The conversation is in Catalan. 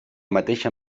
mateixa